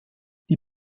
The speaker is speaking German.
die